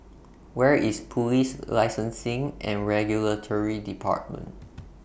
Where IS Police Licensing and Regulatory department